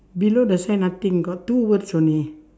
below the shine nothing got two words only